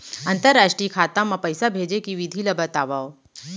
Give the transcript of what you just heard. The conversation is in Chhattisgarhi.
अंतरराष्ट्रीय खाता मा पइसा भेजे के विधि ला बतावव?